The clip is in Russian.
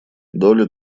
долли